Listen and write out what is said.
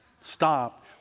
stop